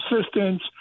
assistance